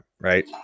right